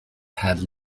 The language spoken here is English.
had